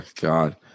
God